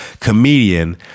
comedian